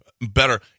better